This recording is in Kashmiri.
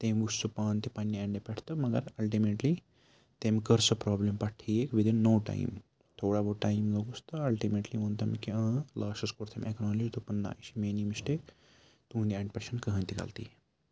تٔمۍ وٕچھ سُہ پانہٕ تہِ پنٛنہِ اٮ۪نڈٕ پٮ۪ٹھ تہٕ مگر الٹٕمیٹلی تٔمۍ کٔر سۄ پرٛابلِم پَتہٕ ٹھیٖک وِدِن نو ٹایم تھوڑا بہت ٹایم لوٚگُس تہٕ اَلٹٕمیٹلی ووٚن تٔمۍ کہِ لاسٹَس کوٚر تٔمۍ اٮ۪کنالیج دوٚپُن نہ یہِ چھےٚ میٛٲنی مِشٹیک تُہِنٛدِ اٮ۪نڈ پٮ۪ٹھ چھَنہٕ کٕہٕنۍ تہِ غلطی